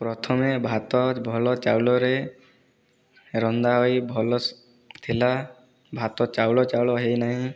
ପ୍ରଥମେ ଭାତ ଭଲ ଚାଉଲରେ ରନ୍ଧା ହୋଇ ଭଲ ଥିଲା ଭାତ ଚାଉଳ ଚାଉଳ ହୋଇନାହିଁ